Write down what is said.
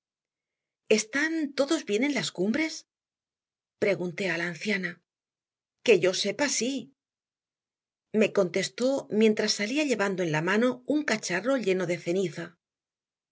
están todos bien en las cumbres pregunté a la anciana que yo sepa sí me contestó mientras salía llevando en la mano un cacharro lleno de ceniza